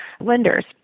lenders